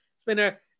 spinner